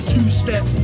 Two-step